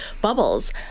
bubbles